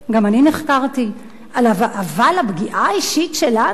גם אני נחקרתי, אבל הפגיעה האישית שלנו,